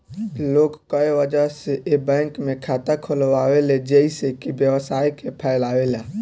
लोग कए वजह से ए बैंक में खाता खोलावेला जइसे कि व्यवसाय के फैलावे ला